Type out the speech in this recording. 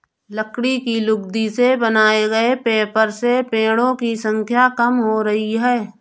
लकड़ी की लुगदी से बनाए गए पेपर से पेङो की संख्या कम हो रही है